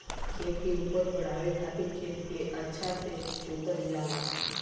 खेत के उपज बढ़ावे खातिर खेत के अच्छा से जोतल जाला